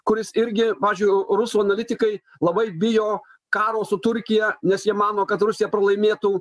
kuris irgi pavyzdžiui rusų analitikai labai bijo karo su turkija nes jie mano kad rusija pralaimėtų